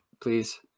please